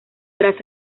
tras